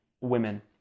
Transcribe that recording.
women